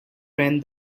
friend